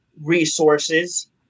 resources